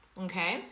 okay